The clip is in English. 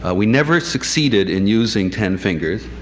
ah we never succeeded in using ten fingers,